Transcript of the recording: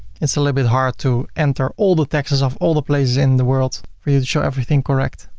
it's a little bit hard to enter all the taxes of all the places in the world for you to show everything correct.